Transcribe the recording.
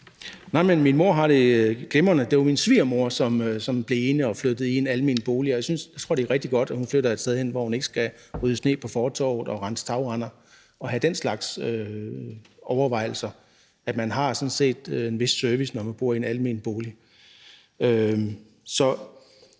Min mor har det glimrende. Det var min svigermor, som blev ene og flyttede i en almen bolig, og jeg tror, det er rigtig godt, at hun flytter et sted hen, hvor hun ikke skal rydde sne på fortovet og rense tagrender og have den slags overvejelser. Der er sådan set en vis service, når man bor i en almen bolig.